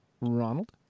Ronald